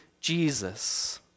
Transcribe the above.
Jesus